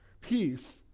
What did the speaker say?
peace